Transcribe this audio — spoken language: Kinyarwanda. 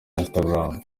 instagram